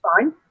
fine